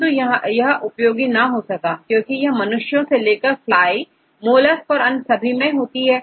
किंतु यहां उपयोगी ना हो सका क्योंकि यह मनुष्यों से लेकर फ्लाई मोलस्क और अन्य में भी होती है